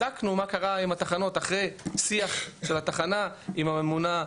בדקנו מה קרה עם התחנות אחרי שיח של התחנה עם הממונה,